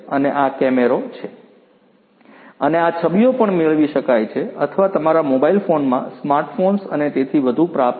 અને આ કેમેરો છે અને છબીઓ પણ મેળવી શકાય છે અથવા તમારા મોબાઇલ ફોનમાં સ્માર્ટ ફોન્સ અને તેથી વધુ પ્રાપ્ત થઈ શકે છે